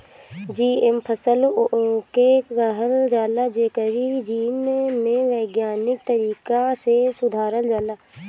GM फसल उके कहल जाला जेकरी जीन के वैज्ञानिक तरीका से सुधारल जाला